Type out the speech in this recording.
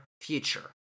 future